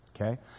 Okay